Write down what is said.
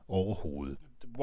overhovedet